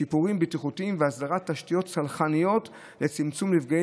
שיפורים בטיחותיים והסדרת תשתיות סלחניות לצמצום נפגעי